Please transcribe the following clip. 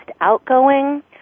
outgoing